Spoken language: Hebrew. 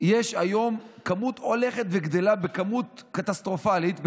יש היום כמות הולכת וגדלה במידה קטסטרופלית,